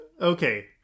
Okay